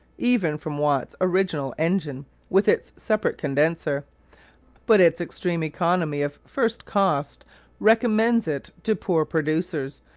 even from watt's original engine with its separate condenser but its extreme economy of first cost recommends it to poor producers.